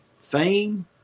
fame